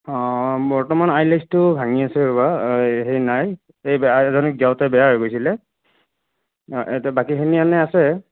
অ বৰ্তমান আইলেষটো ভাঙি আছে ৰ'বা এই হেই নাই এই বা এজনীক দিওঁতে বেয়া হৈ গৈছিলে বাকীখিনি এনে আছে